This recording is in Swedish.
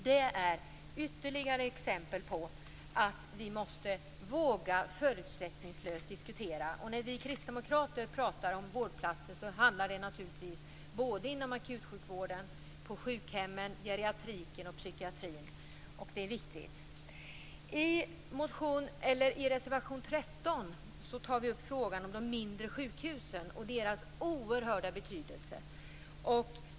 Det är ytterligare exempel på att vi måste våga diskutera förutsättningslöst. När vi kristdemokrater pratar om vårdplatser handlar det naturligtvis om såväl akutsjukvården, sjukhemmen och geriatriken som psykiatrin. Det är viktigt. I reservation 13 tar vi upp frågan om de mindre sjukhusen och deras oerhörda betydelse.